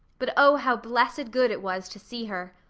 but oh, how blessed good it was to see her!